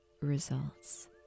results